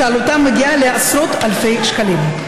שעלותם מגיעה לעשרות אלפי שקלים.